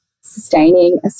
sustaining